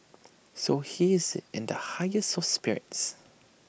so he is in the highest of spirits